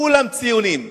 כולם ציונים,